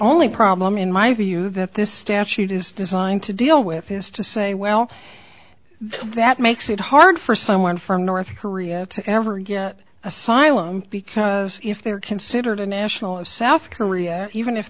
only problem in my view that this statute is designed to deal with this to say well that makes it hard for someone from north korea to ever get asylum because if they're considered a national of south korea even if